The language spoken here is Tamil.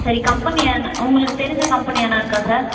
சரி கம்பெனி என்னா உங்களுக்கு தெரிஞ்ச கம்பெனி எதுனா இருக்கா சார்